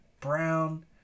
Brown